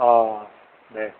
औ दे